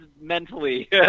mentally